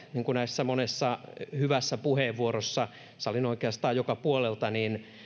niin kuin tässä monessa hyvässä puheenvuorossa salin oikeastaan joka puolelta